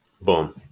boom